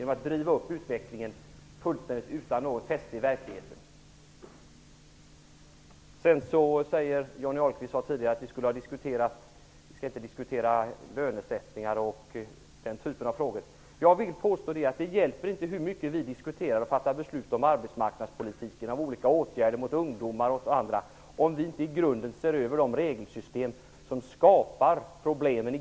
Man drev upp utvecklingen utan någon som helst förankring i verkligheten. Johnny Ahlqvist sade tidigare att vi inte skall diskutera lönesättningar och den typen av frågor. Jag vill påstå att det inte hjälper hur mycket vi diskuterar och fattar beslut om arbetsmarknadspolitiken och om olika åtgärder riktade mot ungdomar och andra om vi inte i grunden ser över de regelsystem som skapar problemen.